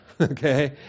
okay